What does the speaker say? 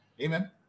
Amen